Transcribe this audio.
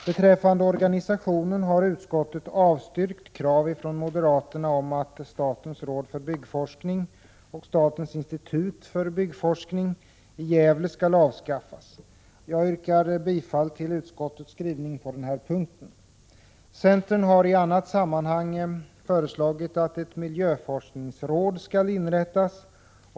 Beträffande organisationen har utskottet avstyrkt krav från moderaterna om att statens råd för byggforskning och statens institut för byggforskning i Gävle skall avskaffas. Jag yrkar bifall till utskottets hemställan på den punkten. Centern har i annat sammanhang föreslagit att ett miljöforskningsråd skall inrättas.